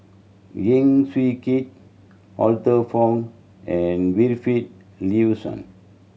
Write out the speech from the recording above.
Heng Swee Keat Arthur Fong and Wilfed Lawson